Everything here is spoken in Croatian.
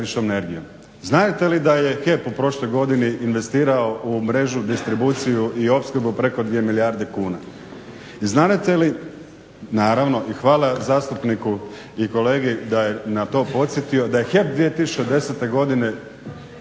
Znadete li da je HEP u prošloj godini investirao u mrežu, distribuciju i opskrbu preko 2 milijarde kuna i znadete li naravno i hvala zastupniku i kolegi da je na to podsjetio, da je HEP 2010. godine pozitivno